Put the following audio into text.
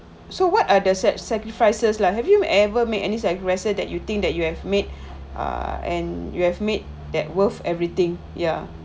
so what are the sac~ sacrifices lah have you ever make any aggressor that you think that you have made ah and you have made that worth everything ya